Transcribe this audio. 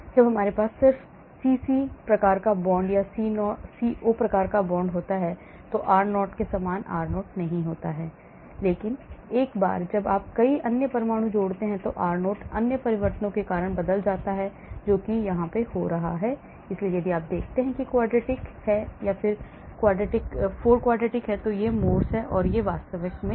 जब हमारे पास सिर्फ CC प्रकार का bond या CO प्रकार का bond होता है तो r0 के समान r0नहीं होगा लेकिन एक बार जब आप कई अन्य परमाणु जोड़ते हैं तो r0 अन्य परिवर्तनों के कारण बदल जाता है जो कि हो रहा है इसलिए यदि आप देखते हैं यह quadratic है यह 4 quadratic है और यह Morse है और यह वास्तविक सटीक है